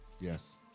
yes